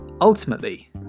Ultimately